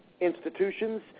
institutions